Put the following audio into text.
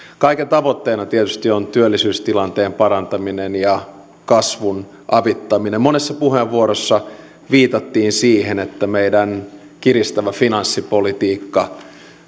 kaiken tavoitteena tietysti on työllisyystilanteen parantaminen ja kasvun avittaminen monessa puheenvuorossa viitattiin siihen että meidän kiristävä finanssipolitiikka